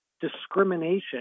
discrimination